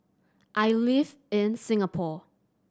I live in Singapore